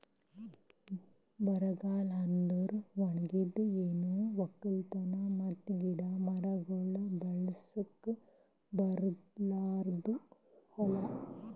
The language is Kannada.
ಬರಗಾಲ ಅಂದುರ್ ಒಣಗಿದ್, ಏನು ಒಕ್ಕಲತನ ಮತ್ತ ಗಿಡ ಮರಗೊಳ್ ಬೆಳಸುಕ್ ಬರಲಾರ್ದು ಹೂಲಾ